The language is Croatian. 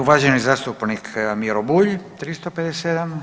Uvaženi zastupnik Miro Bulj, 357.